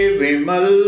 vimal